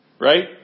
Right